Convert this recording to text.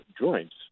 joints